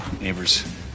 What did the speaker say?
neighbors